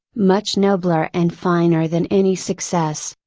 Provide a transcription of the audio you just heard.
much nobler and finer than any success.